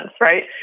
right